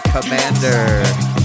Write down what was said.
Commander